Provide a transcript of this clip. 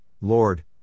Lord